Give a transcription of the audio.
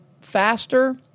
faster